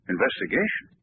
Investigation